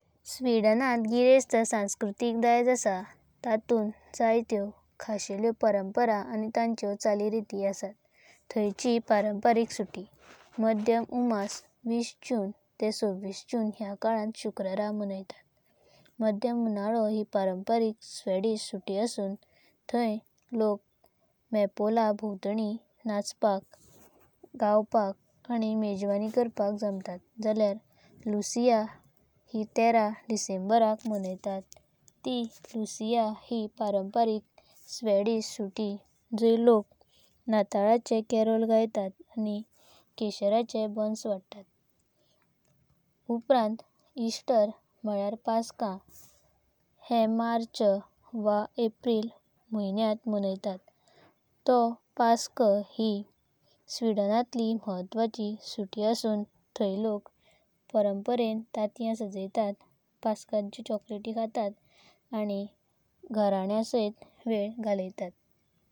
स्विदनांत गिरेस्त सांस्कृतिक दायज आस, तातुंता जायात्यो खास्हेल्यो परंपरा आनी चालीरिती आसता। थयांची परंपरिक सुटी। मध्य उमा मिडसमर बीस जुना ते छहबीस जुना य कालांत शुक्रार मनायतात। मध्य उन्हाळो ही परंपरिक स्विदिशा सुटी आसून थंया लोका म्येपोळा भोमवातणी नाचपाका। गावपाका आनी मेजवानी करपाका जमातता। जाले यर लूसिया हे तेरह डिसेंबरका मनायतात ती लूसिया ही परंपरिक स्विदिशा सुटी जंया लोका नातळाचें कॅरोल गायातात। आनी केसाराचे बाणस वांतातात। उपरांत इस्तेर म्हळेयार पास्का हे मार्चा वा एप्रिल म्हयान्यंतां मनायतात तो। पास्का ही स्विदनांतली म्हत्वाची सुटी आसून। तंया लोका परंपरेनें तंत्यां सजायतात, पास्कांचो चोकलेट खातात आनी घराणेंसायात वेल घालतात।